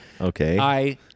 Okay